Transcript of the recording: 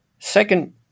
Second